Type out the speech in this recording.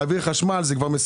ולהעביר שם חשמל זה מסוכן.